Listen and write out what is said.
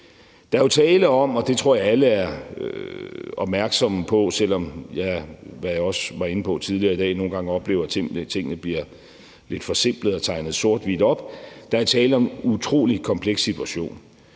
internationale skibstrafik. Kl. 18:53 Selv om jeg, hvad jeg også var inde på tidligere i dag, nogle gange oplever, at tingene bliver lidt forsimplede og tegnet sort-hvidt op, er der jo tale om en utrolig kompleks situation